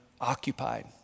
occupied